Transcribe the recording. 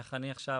איך אני עכשיו